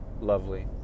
Lovely